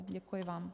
Děkuji vám.